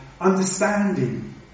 understanding